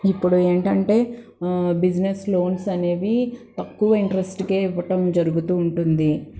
ఇప్పుడు ఏంటంటే business loans అనేవి తక్కువ ఇంట్రస్ట్కే ఇవ్వటం జరుగుతూ ఉంటుంది